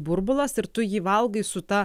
burbulas ir tu jį valgai su ta